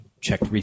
checked –